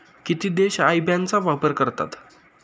किती देश IBAN चा वापर करतात?